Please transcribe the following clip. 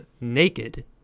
naked